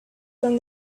from